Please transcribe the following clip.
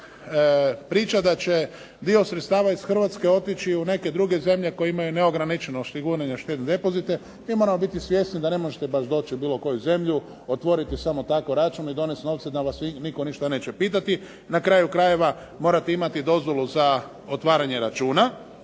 priča da će dio sredstava iz Hrvatske otići u neke druge zemlje koje imaju neograničeno osigurane štedne depozite. Mi moramo biti svjesni da ne možete baš doći u bilo koju zemlju, otvoriti samo tako račun i donijeti novce da vas nitko ništa neće pitati. Na kraju krajeva, morate imati dozvolu za otvaranje računa.